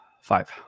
Five